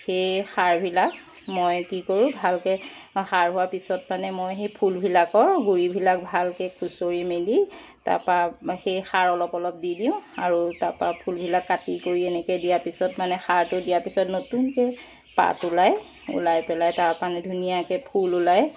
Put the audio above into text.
সেই সাৰবিলাক মই কি কৰোঁ ভালকৈ বা সাৰ হোৱা পিছত মানে মই সেই ফুলবিলাকৰ গুৰিবিলাক ভালকৈ খুচৰি মেলি তাপা সেই সাৰ অলপ অলপ দি দিওঁ আৰু তাপা ফুলবিলাক কাটি কৰি এনেকৈ দিয়া পিছত মানে সাৰটো দিয়া পিছত নতুনকৈ পাত ওলায় ওলাই পেলাই তাপা ধুনীয়াকৈ ফুল ওলায়